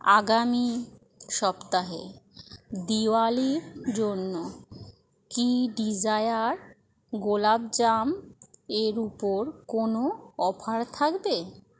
আগামী সপ্তাহে দিওয়ালির জন্য কি ডিজায়ার গোলাপ জাম এর উপর কোনও অফার থাকবে